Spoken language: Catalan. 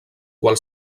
qual